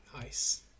Nice